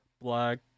black